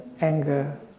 anger